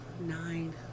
Nine